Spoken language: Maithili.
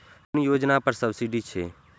कुन योजना पर सब्सिडी छै?